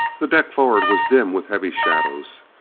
the deck forward was dim with heavy shadows.